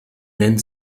nennt